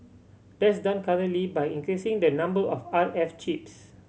that's done currently by increasing the number of R F chips